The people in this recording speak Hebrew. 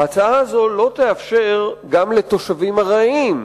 ההצעה הזאת לא תאפשר גם לתושבים ארעיים,